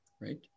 right